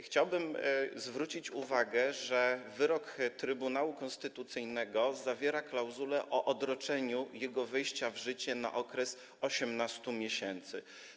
Chciałbym zwrócić uwagę, że wyrok Trybunału Konstytucyjnego zawiera klauzulę o odroczeniu jego wejścia w życie na okres 18 miesięcy.